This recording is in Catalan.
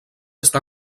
està